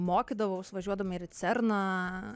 mokydavaus važiuodama ir į cerną